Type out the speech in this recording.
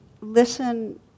listen